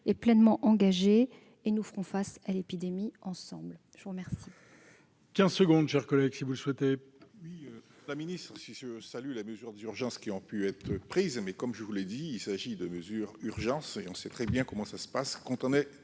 est pleinement engagé, et nous ferons face à l'épidémie ensemble ! La parole